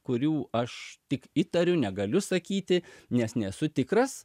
kurių aš tik įtariu negaliu sakyti nes nesu tikras